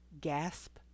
gasp